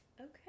Okay